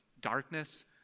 darkness